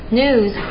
news